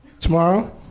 Tomorrow